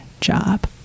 job